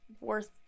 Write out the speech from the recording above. worth